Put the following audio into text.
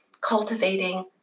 cultivating